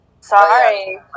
Sorry